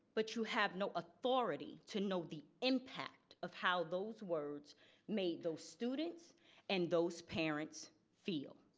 but you have no authority to know the impact of how those words made those students and those parents feel